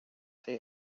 say